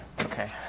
Okay